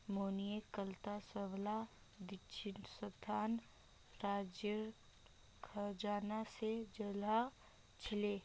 मौर्य कालत सबला शिक्षणसंस्थान राजार खजाना से चलअ छीले